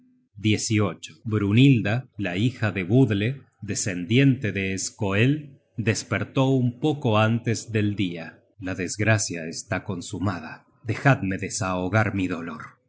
hácia su morada brynhilda la hija de budle descendiente de skoeld despertó un poco antes del dia la desgracia está consumada dejadme desahogar mi dolor